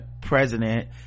president